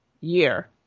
year